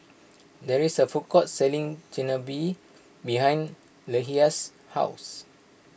there is a food court selling Chigenabe behind Leshia's house